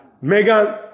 Megan